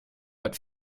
but